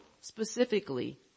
specifically